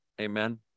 Amen